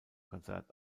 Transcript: konzert